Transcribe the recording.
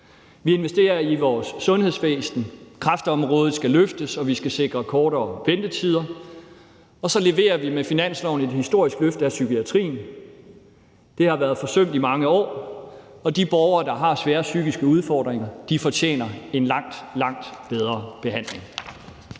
Vi investerer i vores sundhedsvæsen. Kræftområdet skal løftes, og vi skal sikre kortere ventetider, og så leverer vi med finansloven et historisk løft af psykiatrien. Det har været forsømt i mange år, og de borgere, der har svære psykiske udfordringer, fortjener en langt, langt bedre behandling.